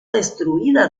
destruida